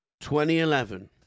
2011